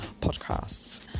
podcasts